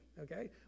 okay